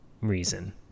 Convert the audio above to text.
reason